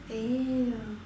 ya